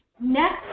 Next